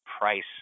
price